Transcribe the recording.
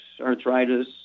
arthritis